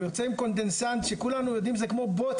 הוא יוצא עם רעל קונדנסט - שכולנו יודעים שזה כמו בוץ,